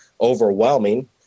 overwhelming